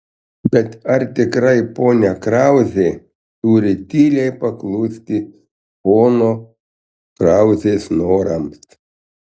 bet ar tikrai ponia krauzė turi tyliai paklusti pono krauzės norams